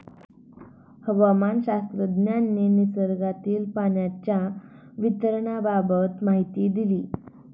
हवामानशास्त्रज्ञांनी निसर्गातील पाण्याच्या वितरणाबाबत माहिती दिली